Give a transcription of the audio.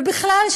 ובכלל,